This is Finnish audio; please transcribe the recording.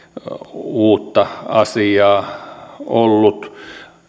uutta asiaa ollut